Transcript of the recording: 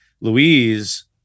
Louise